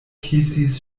kisis